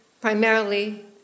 primarily